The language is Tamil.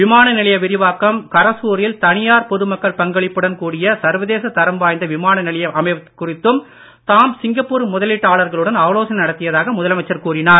விமான நிலைய விரிவாக்கம் கரசூரில் தனியார் பொதுமக்கள் பங்களிப்புடன் கூடிய சர்வதேச தரம் வாய்ந்த விமான நிலையம் அமைப்பது குறித்தும் தாம் சிங்கப்பூர் முதலீட்டாளர்களுடன் ஆலோசனை நடத்தியதாக முதலமைச்சர் கூறினார்